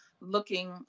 looking